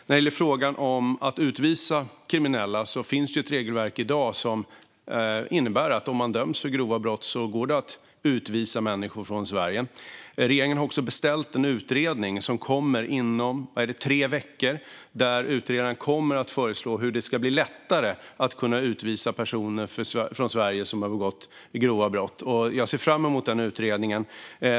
När det gäller frågan om att utvisa kriminella finns det i dag ett regelverk som innebär att det går att utvisa människor som dömts för grova brott från Sverige. Regeringen har också beställt en utredning, som kommer inom tre veckor, där utredaren kommer att föreslå hur det ska bli lättare att utvisa personer som har begått grova brott från Sverige. Jag ser fram emot den utredningen.